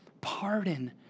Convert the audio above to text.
pardon